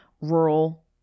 rural